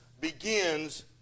begins